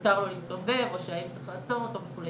מותר לו להסתובב או אם צריך לעצור אותו וכו'.